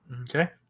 Okay